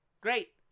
great